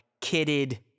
kitted